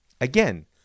Again